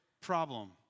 problem